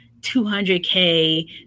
200K